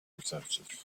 percentages